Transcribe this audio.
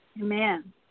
Amen